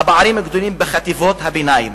והפערים גדולים במיוחד בחטיבות הביניים.